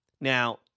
Now